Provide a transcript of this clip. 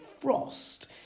Frost